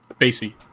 basie